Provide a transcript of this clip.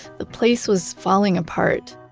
the place was falling apart.